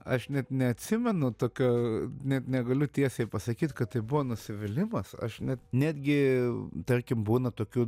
aš net neatsimenu tokio ne negaliu tiesiai pasakyt kad tai buvo nusivylimas aš ne netgi tarkim būna tokių